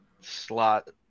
Slot